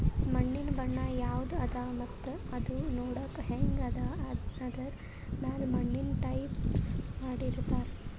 ಮಣ್ಣಿನ್ ಬಣ್ಣ ಯವದ್ ಅದಾ ಮತ್ತ್ ಅದೂ ನೋಡಕ್ಕ್ ಹೆಂಗ್ ಅದಾ ಅನ್ನದರ್ ಮ್ಯಾಲ್ ಮಣ್ಣಿನ್ ಟೈಪ್ಸ್ ಮಾಡಿರ್ತಾರ್